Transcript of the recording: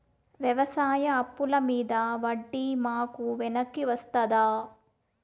వ్యవసాయ అప్పుల మీద వడ్డీ మాకు వెనక్కి వస్తదా?